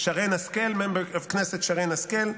Member of Knesset Sharren Haskel,